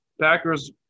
Packers